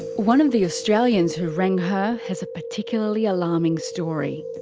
one of the australians who rang her has a particularly alarming story.